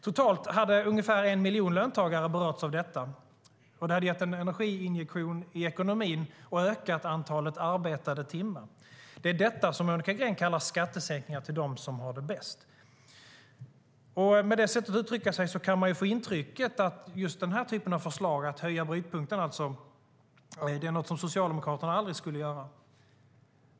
Totalt hade ungefär en miljon löntagare berörts, och det hade gett en energiinjektion i ekonomin och ökat antalet arbetade timmar. Det är detta som Monica Green kallar skattesänkningar till dem som har det bäst. Med det sättet att uttrycka sig kan man få intrycket att den typen av förslag, att höja brytpunkten, är något som Socialdemokraterna aldrig skulle göra.